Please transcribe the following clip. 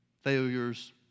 failures